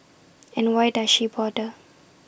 and why does she bother